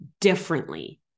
differently